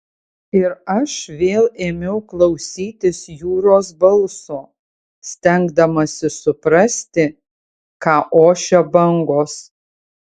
ir aš vėl ėmiau klausytis jūros balso stengdamasis suprasti ką ošia bangos